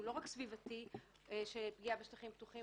לא רק עניין סביבתי של פגיעה בשטחים פתוחים,